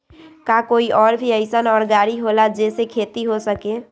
का कोई और भी अइसन और गाड़ी होला जे से खेती हो सके?